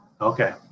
Okay